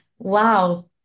Wow